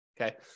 Okay